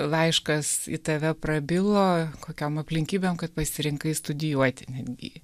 laiškas į tave prabilo kokiom aplinkybėm kad pasirinkai studijuoti netgi jį